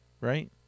Right